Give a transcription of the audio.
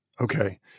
Okay